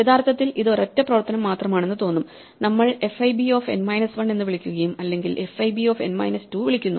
യഥാർത്ഥത്തിൽ ഇത് ഒരൊറ്റ പ്രവർത്തനം മാത്രമാണെന്ന് തോന്നും നമ്മൾ fib ഓഫ് n മൈനസ് 1 എന്ന് വിളിക്കുകയും അല്ലെങ്കിൽ fib ഓഫ് n മൈനസ് 2 വിളിക്കുന്നു